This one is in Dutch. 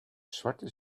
zwarte